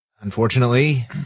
Unfortunately